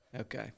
Okay